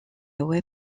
web